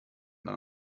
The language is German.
dann